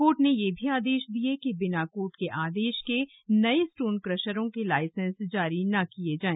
court ने यह भी आदेश दिए कि बिना कोर्ट के आदेश के नए स्टोन क्रशरों के लाइसेन्स जारी न किये जाए